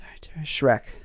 Shrek